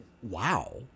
Wow